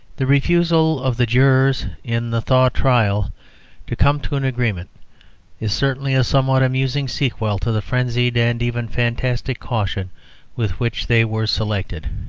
the refusal of the jurors in the thaw trial to come to an agreement is certainly a somewhat amusing sequel to the frenzied and even fantastic caution with which they were selected.